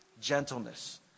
Gentleness